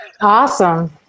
Awesome